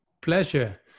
pleasure